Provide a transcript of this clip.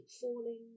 falling